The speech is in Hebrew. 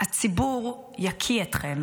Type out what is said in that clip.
הציבור יקיא אתכם